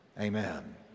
Amen